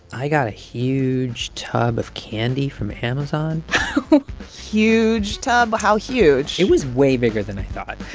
i got a huge tub of candy from amazon huge tub? how huge? it was way bigger than i thought